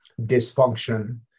dysfunction